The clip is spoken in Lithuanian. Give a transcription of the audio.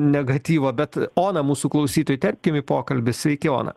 negatyvo bet oną mūsų klausytoją įterpkim į pokalbį sveiki ona